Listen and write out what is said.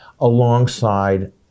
alongside